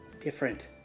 different